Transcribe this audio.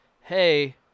hey